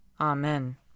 Amen